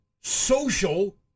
social